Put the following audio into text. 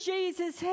Jesus